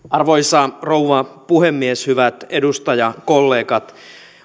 arvoisa rouva puhemies hyvät edustajakollegat